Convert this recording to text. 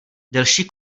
delší